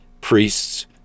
priests